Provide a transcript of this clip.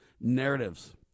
narratives